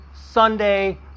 Sunday